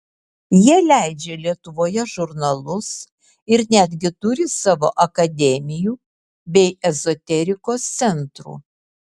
jie leidžia lietuvoje žurnalus ir netgi turi savo akademijų bei ezoterikos centrų